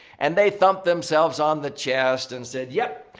and they thumped themselves on the chest and said, yep.